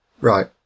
Right